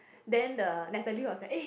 then the Natalie was like eh